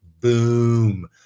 boom